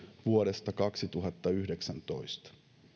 vuodesta kaksituhattayhdeksäntoista